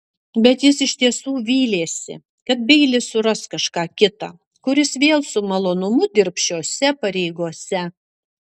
bet jis iš tiesų vylėsi kad beilis suras kažką kitą kuris vėl su malonumu dirbs šiose pareigose